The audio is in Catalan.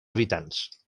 habitants